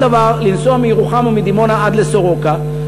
דבר לנסוע מירוחם או מדימונה עד לסורוקה,